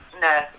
No